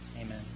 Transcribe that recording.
Amen